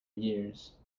years